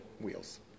wheels